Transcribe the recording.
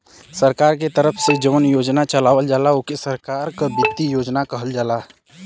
सरकार के तरफ से जौन योजना चलावल जाला ओके सरकार क वित्त योजना कहल जाला